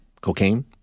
cocaine